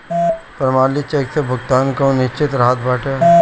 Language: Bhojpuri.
प्रमाणित चेक से भुगतान कअ निश्चितता रहत बाटे